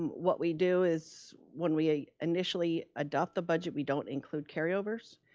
what we do is when we initially adopt the budget, we don't include carryovers.